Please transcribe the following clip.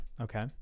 okay